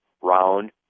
round